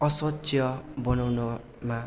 बनाउनमा